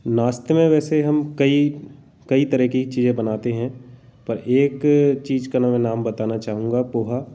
नाश्ते में वैसे हम कई कई तरह की चीज़ें बनाते हैं पर एक चीज़ का मैं नाम बताना चाहूँगा पोहा